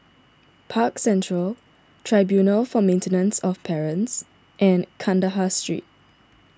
Park Central Tribunal for Maintenance of Parents and Kandahar Street